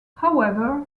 however